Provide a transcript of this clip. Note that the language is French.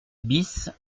bis